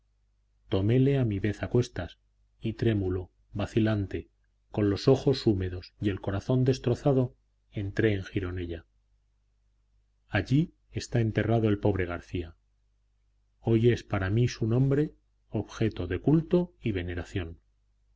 toméle a mi vez a cuestas y trémulo vacilante con los ojos húmedos y el corazón destrozado entré en gironella allí está enterrado el pobre garcía hoy es para mí su nombre objeto de culto y veneración